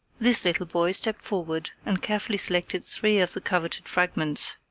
this little boy stepped forward and carefully selected three of the coveted fragments,